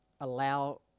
Allow